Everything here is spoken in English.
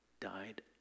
died